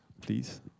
please